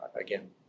again